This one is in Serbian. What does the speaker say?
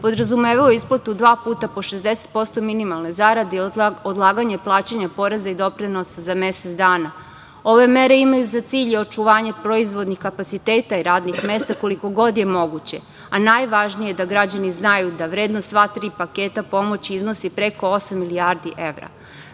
podrazumevao je isplatu dva puta po 60% minimalne zarade i odlaganje plaćanja poreza i doprinosa za mesec dana. Ove mere imaju za cilj i očuvanje proizvodnih kapaciteta i radnih mesta koliko god je moguće, a najvažnije je da građani znaju da vrednost sva tri paketa pomoći iznosi preko osam milijardi evra. Da